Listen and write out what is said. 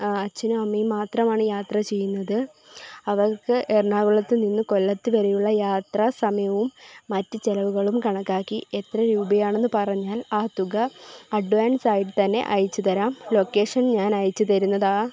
അച്ഛനും അമ്മയും മാത്രമാണ് യാത്ര ചെയ്യുന്നത് അവർക്ക് എർണാകുളത്തുനിന്ന് കൊല്ലത്തു വരെയുള്ള യാത്രാ സമയവും മറ്റു ചിലവുകളും കണക്കാക്കി എത്ര രൂപയാണെന്നു പറഞ്ഞാൽ ഞാൻ ആത്തുക അഡ്വാൻസ്സായിട്ട് തന്നെ അയച്ചു തരാം ലൊക്കേഷൻ ഞാൻ അയച്ചു തരുന്നതാണ്